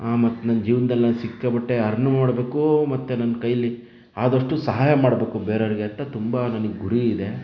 ಮತ್ತೆ ನನ್ನ ಜೀವನದಲ್ಲಿ ನಾನು ಅರ್ನ್ ಮಾಡಬೇಕು ಮತ್ತು ನನ್ನ ಕೈಯಲ್ಲಿ ಆದಷ್ಟು ಸಹಾಯ ಮಾಡಬೇಕು ಬೇರೆಯವರಿಗೆ ಅಂತ ತುಂಬ ನನಗೆ ಗುರಿ ಇದೆ